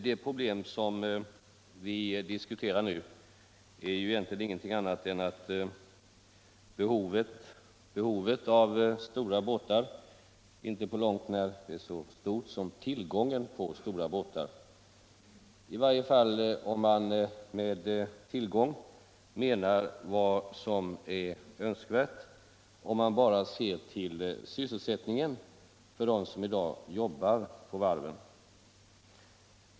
Det problem som vi nu diskuterar är egentligen intenting annat än att behovet av stora båtar inte på långt när är så stort som tillgången på stora båtar, i varje fall om man med tillgång menar vad som är önskvärt ifall man bara ser till sysselsättningen för dem som i dag jobbar på varven.